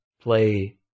play